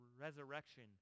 resurrection